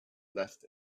left